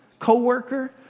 co-worker